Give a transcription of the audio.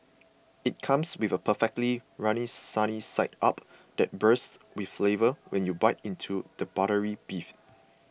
it comes with a perfectly runny sunny side up that bursts with flavour when you bite into the buttery beef